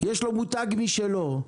יש לו מותג משלו,